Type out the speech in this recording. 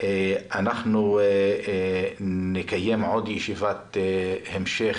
אנחנו נקיים עוד ישיבת המשך